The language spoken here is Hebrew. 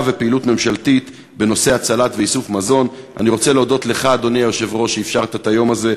ופעילות ממשלתית בנושא הצלת מזון ואיסוף מזון.